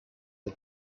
der